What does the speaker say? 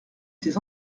ces